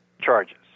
charges